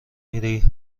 میری